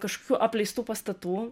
kažkokių apleistų pastatų